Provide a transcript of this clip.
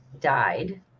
died